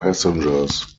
passengers